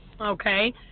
Okay